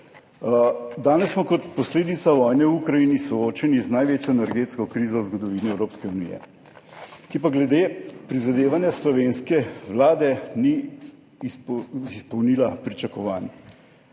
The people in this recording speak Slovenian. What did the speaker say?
Danes smo kot posledica vojne v Ukrajini soočeni z največjo energetsko krizo v zgodovini Evropske unije, ki pa glede prizadevanja slovenske vlade ni izpolnila pričakovanj.